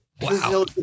Wow